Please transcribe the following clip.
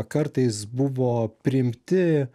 kartais buvo priimti